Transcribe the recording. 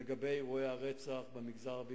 לגבי אירועי הרצח במגזר הערבי,